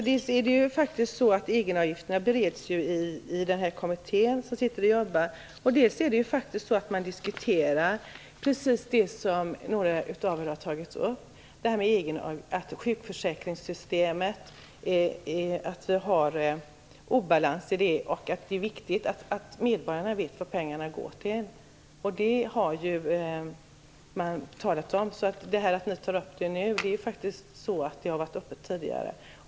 Herr talman! Frågan om egenavgifterna bereds i den kommitté som jobbar. Man diskuterar precis det som några av er har tagit upp, dvs. att vi har obalans i sjukförsäkringssystemet och att det är viktigt att medborgarna vet vad pengarna går till. Det har man talat om. Ni tar upp frågan nu, men den har faktiskt varit uppe tidigare.